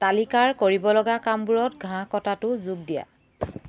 তালিকাৰ কৰিব লগা কামবোৰত ঘাঁহ কটাটো যোগ দিয়া